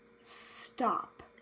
stop